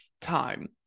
time